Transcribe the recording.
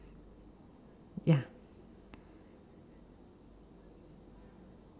ya